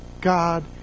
God